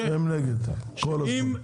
הם נגד, כל הזמן.